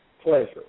pleasure